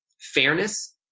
fairness